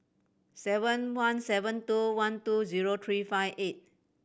seven one seven two one two zero three five eight